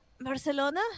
Barcelona